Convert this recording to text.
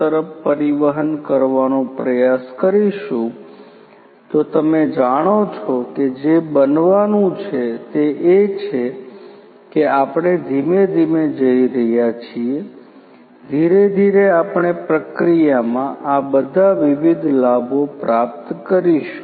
તરફ પરિવહન કરવાનો પ્રયાસ કરીશું તો તમે જાણો છો કે જે બનવાનું છે તે એ છે કે આપણે ધીમે ધીમે જઈ રહ્યા છીએ ધીરે ધીરે આપણે પ્રક્રિયામાં આ બધાં વિવિધ લાભો પ્રાપ્ત કરીશું